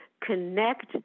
connect